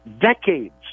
Decades